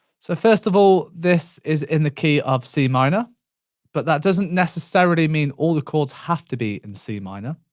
so first of all this is in the key of c minor but that doesn't necessarily mean all the chords have to be in c minor.